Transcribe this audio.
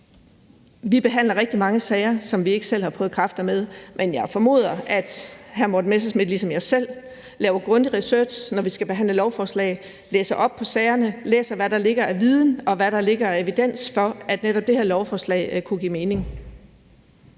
Vi behandler rigtig mange sager, som vi ikke selv har prøvet kræfter med, men jeg formoder, at hr. Morten Messerschmidt ligesom jeg selv laver grundig research, når vi skal behandle lovforslag, læser op på sagerne, læser, hvad der ligger af viden, og hvad der ligger af evidens for, at netop det her lovforslag kunne give mening.